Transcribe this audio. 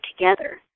together